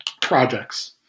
projects